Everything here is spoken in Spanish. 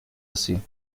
así